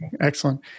Excellent